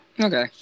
Okay